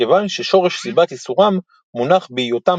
כיון ששורש סיבת איסורם מונח בהיותם